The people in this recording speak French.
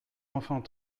enfants